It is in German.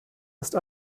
ist